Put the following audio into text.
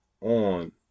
on